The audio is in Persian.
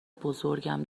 بزرگم